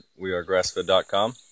wearegrassfed.com